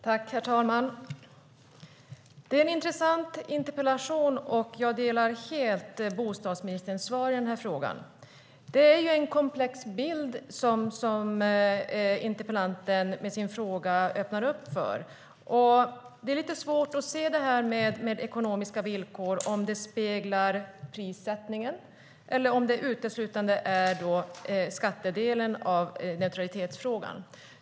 Herr talman! Det är en intressant interpellation. Jag instämmer helt i bostadsministerns svar på frågan. Det är en komplex bild som interpellanten öppnar upp för med sin fråga. Det är svårt att se om ekonomiska villkor speglar prissättningen eller om det uteslutande är skattedelen av neutralitetsfrågan.